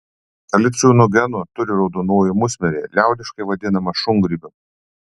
haliucinogenų turi raudonoji musmirė liaudiškai vadinama šungrybiu